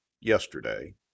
yesterday